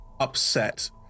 upset